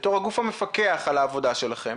בתור הגוף המפקח על העבודה שלכם